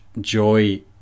joy